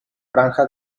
franja